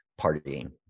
partying